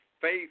faith